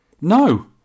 No